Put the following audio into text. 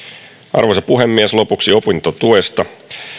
arvoisa puhemies lopuksi opintotuesta